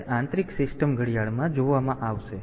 તેથી તે આંતરિક સિસ્ટમ ઘડિયાળમાં જોવામાં આવશે